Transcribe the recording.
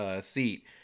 seat